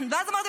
ואז אמרתי,